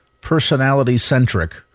personality-centric